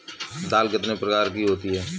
दाल कितने प्रकार की होती है?